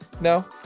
no